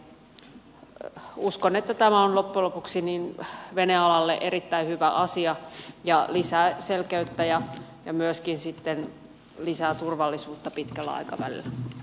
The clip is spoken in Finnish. uskon että tämä on loppujen lopuksi venealalle erittäin hyvä asia ja lisää selkeyttä ja myöskin lisää turvallisuutta pitkällä aikavälillä